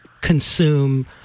consume